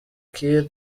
kiir